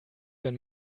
wenn